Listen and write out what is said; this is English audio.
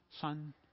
son